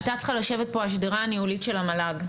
הייתה צריכה לשבת פה השדרה הניהולית של המל"ג,